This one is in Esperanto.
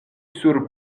sur